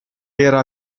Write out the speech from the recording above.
era